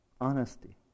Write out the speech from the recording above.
honesty